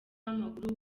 w’amaguru